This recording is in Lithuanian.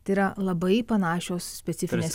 tai yra labai panašios specifinės